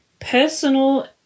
personal